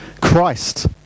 Christ